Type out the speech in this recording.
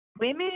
women